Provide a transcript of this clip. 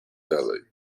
dalej